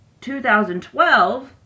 2012